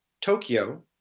Tokyo